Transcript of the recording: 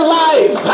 life